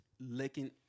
licking